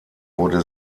wurde